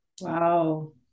Wow